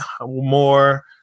more